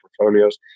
portfolios